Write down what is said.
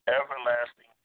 everlasting